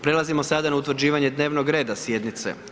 Prelazimo sada na utvrđivanje dnevnog reda sjednice.